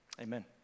amen